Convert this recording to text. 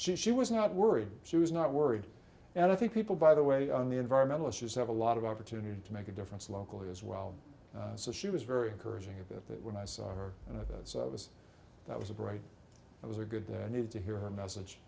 she she was not worried she was not worried and i think people by the way on the environmental issues have a lot of opportunity to make a difference locally as well so she was very encouraging about that when i saw her and i thought it was that was a bright it was a good need to hear her message